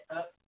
up